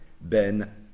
Ben